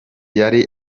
yari